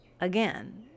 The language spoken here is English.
again